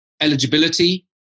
eligibility